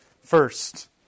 First